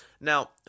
Now